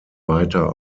weiter